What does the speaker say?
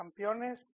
Campeones